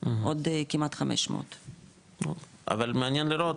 עוד כמעט 500. אבל מעניין לראות,